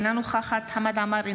אינה נוכחת חמד עמאר,